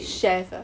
chef ah